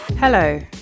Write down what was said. Hello